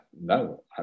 no